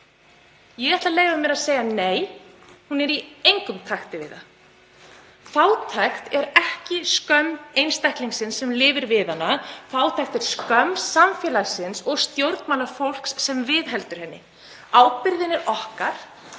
Ég ætla að leyfa mér að segja: Nei, þær eru í engum takti við það. Fátækt er ekki skömm einstaklingsins sem lifir við hana, fátækt er skömm samfélagsins og stjórnmálafólks sem viðheldur henni. Ábyrgðin er okkar,